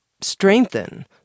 strengthen